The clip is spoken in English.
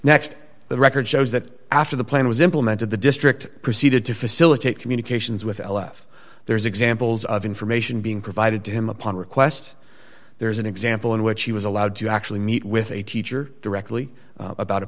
next the record shows that after the plan was implemented the district proceeded to facilitate communications with l f there's examples of information being provided to him upon request there is an example in which he was allowed to actually meet with a teacher directly about a